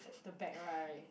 the back right